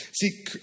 See